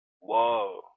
Whoa